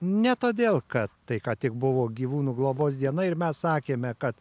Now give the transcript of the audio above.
ne todėl kad tai ką tik buvo gyvūnų globos diena ir mes sakėme kad